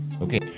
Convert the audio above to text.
Okay